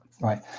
right